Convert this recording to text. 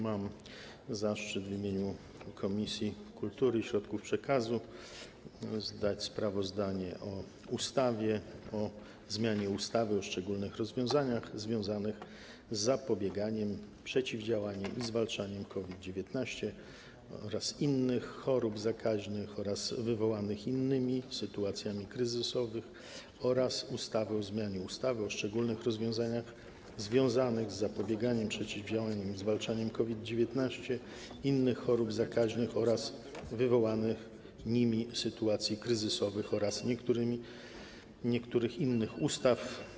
Mam zaszczyt w imieniu Komisji Kultury i Środków Przekazu przedstawić sprawozdanie o projekcie ustawy o zmianie ustawy o szczególnych rozwiązaniach związanych z zapobieganiem, przeciwdziałaniem i zwalczaniem COVID-19, innych chorób zakaźnych oraz wywołanych nimi sytuacji kryzysowych oraz ustawy o zmianie ustawy o szczególnych rozwiązaniach związanych z zapobieganiem, przeciwdziałaniem i zwalczaniem COVID-19, innych chorób zakaźnych oraz wywołanych nimi sytuacji kryzysowych oraz niektórych innych ustaw.